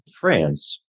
France